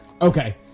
Okay